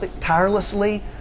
tirelessly